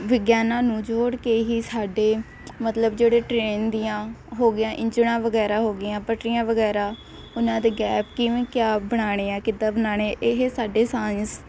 ਵਿਗਿਆਨ ਨੂੰ ਜੋੜ ਕੇ ਹੀ ਸਾਡੇ ਮਤਲਬ ਜਿਹੜੇ ਟ੍ਰੇਨ ਦੀਆਂ ਹੋ ਗਈਆਂ ਇੰਜਣਾਂ ਵਗੈਰਾ ਹੋ ਗਈਆਂ ਪਟੜੀਆਂ ਵਗੈਰਾ ਉਹਨਾਂ ਦੇ ਗੈਪ ਕਿਵੇਂ ਕਿਆ ਬਣਾਉਣੇ ਆ ਕਿੱਦਾਂ ਬਣਾਉਣੇ ਇਹ ਸਾਡੇ ਸਾਇੰਸ